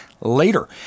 later